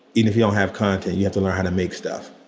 if you'll have content, you have to learn how to make stuff.